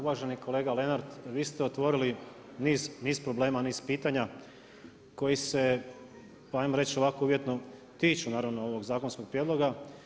Uvaženi kolega Lenart vi ste otvorili niz problema niz pitanja, koji se ajmo reći ovako uvjetno tiču naravno ovog zakonskog prijedloga.